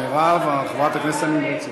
מירב, חברת הכנסת הנמרצת.